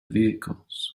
vehicles